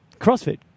CrossFit